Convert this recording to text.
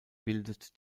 bildet